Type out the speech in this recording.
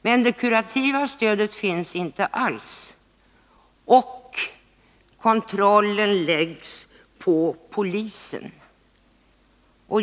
Men det kurativa stödet finns inte alls, och kontrollen läggs på polisen.